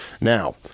Now